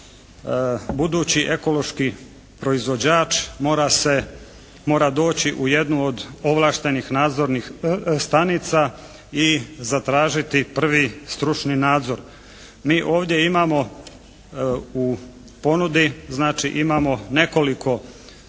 budući ekološki proizvođač mora se, mora doći u jednu od ovlaštenih nadzornih stanica i zatražiti prvi stručni nadzor. Mi ovdje imamo u ponudi, znači